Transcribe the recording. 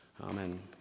Amen